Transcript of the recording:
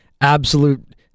absolute